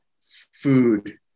food